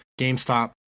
GameStop